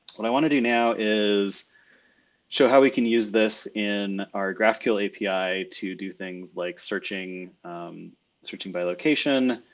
what i wanna do now is show how we can use this in our graphql api to do things like searching searching by location.